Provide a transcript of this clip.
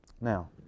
Now